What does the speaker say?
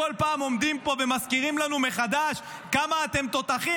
אלה שכל פעם עומדים פה ומזכירים לנו מחדש כמה אתם תותחים,